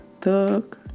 thug